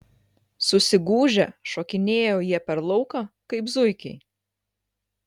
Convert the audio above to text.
susigūžę šokinėjo jie per lauką kaip zuikiai